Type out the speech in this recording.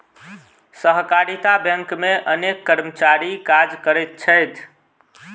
सहकारिता बैंक मे अनेक कर्मचारी काज करैत छथि